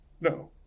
No